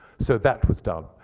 so that was done,